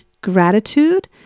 gratitude